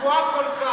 את צבועה כל כך.